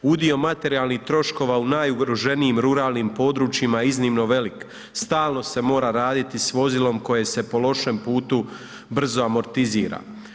Udio materijalnih troškova u najugroženijim ruralnim područjima je iznimno velik stalno se mora raditi s vozilom koje se po lošem putu brzo amortizira.